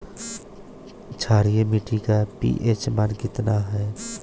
क्षारीय मीट्टी का पी.एच मान कितना ह?